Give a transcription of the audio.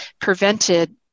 prevented